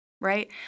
right